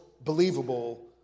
believable